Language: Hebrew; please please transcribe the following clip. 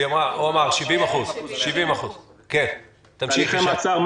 הוא אמר 70%. בתהליכי מעצר,